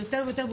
יותר ויותר,